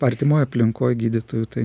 artimoj aplinkoj gydytojų tai